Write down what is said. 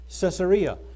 Caesarea